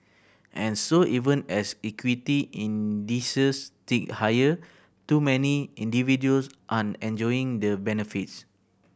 and so even as equity indices tick higher too many individuals aren't enjoying the benefits